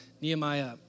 Nehemiah